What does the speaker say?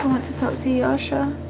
to talk to yasha.